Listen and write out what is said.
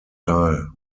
teil